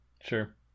Sure